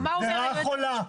זו רעה חולה.